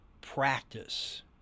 practice